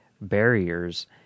barriers